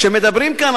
כשמדברים כאן,